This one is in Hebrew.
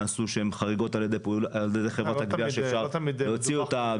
ואם יש פעולות שנעשו על ידי חברת הגבייה שהן חריגות אפשר להוציא אותה,